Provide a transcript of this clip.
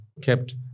kept